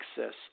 access